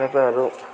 तपाईँहरू